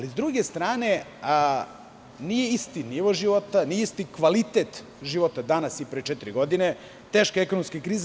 Sa druge strane, nije isti nivo života, nije isti kvalitet života danas i pre četiri godine, teška je ekonomska kriza.